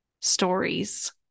stories